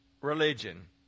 religion